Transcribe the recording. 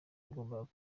wagombaga